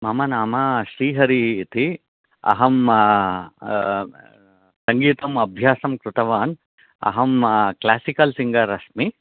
मम नाम श्रीहरि इति अहं सङ्गीतम् अभ्यासं कृतवान् अहं क्लासिकल् सिङ्गर् अस्मि